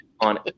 on